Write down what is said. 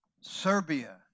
Serbia